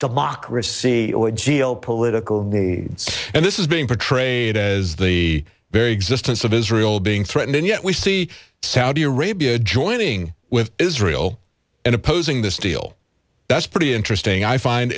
democracy or geo political b s and this is being portrayed as the very existence of israel being threatened and yet we see saudi arabia joining with israel in opposing this deal that's pretty interesting i find